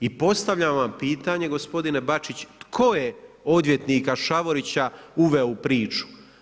I postavljam vam pitanje, gospodine Bačić, tko je odvjetnika Šavorića uveo u priču?